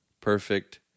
perfect